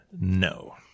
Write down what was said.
no